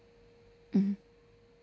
mm